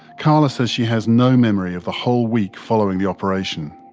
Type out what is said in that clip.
carla says she has no memory of the whole week following the operation.